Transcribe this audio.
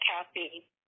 Kathy